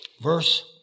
verse